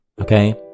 Okay